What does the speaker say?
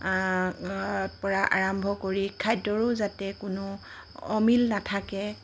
পৰা আৰম্ভ কৰি খাদ্যৰো যাতে কোনো অমিল নাথাকে